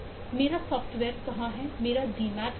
मेरे शहर कहां है मेरे डीमैट कहां है